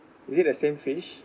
is it a same fish